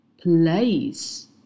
place